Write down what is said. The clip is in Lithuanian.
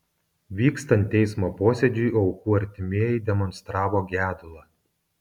vykstant teismo posėdžiui aukų artimieji demonstravo gedulą